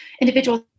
individuals